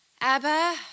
Abba